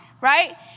right